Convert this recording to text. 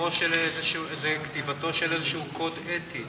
כתיבה של איזשהו קוד אתי